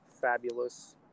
fabulous